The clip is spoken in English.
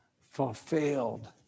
fulfilled